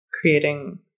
creating